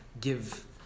give